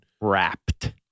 wrapped